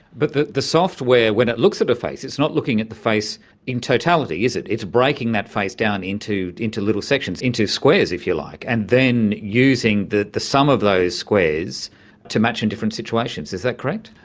but the the software when it looks at a face it's not looking at the face in totality, is it, it's breaking that face down into into little sections, into squares, if you like, and then using the the sum of those squares to match in different situations. is that correct?